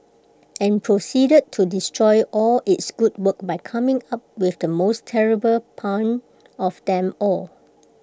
and proceeded to destroy all its good work by coming up with the most terrible pun of them all